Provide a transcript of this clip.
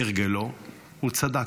כהרגלו, הוא צדק,